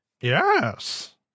Yes